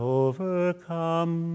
overcome